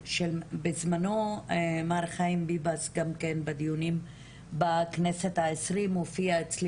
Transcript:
בזמנו מר חיים ביבס גם כן בדיונים בכנסת ה-20 הופיע אצלי